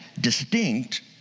distinct